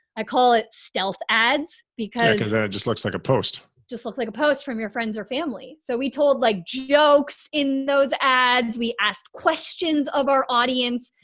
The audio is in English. i call it stealth ads because yeah, cause then it just looks like a post just looks like a post from your friends or family. so we told like jokes in those ads. we asked questions of our audience.